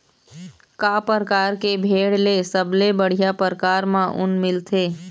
का परकार के भेड़ ले सबले बढ़िया परकार म ऊन मिलथे?